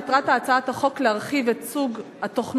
מטרת הצעת החוק להרחיב את סוג התוכנות